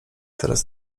teraz